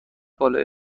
بالای